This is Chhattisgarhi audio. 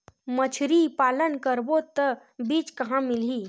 मछरी पालन करबो त बीज कहां मिलही?